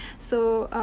so,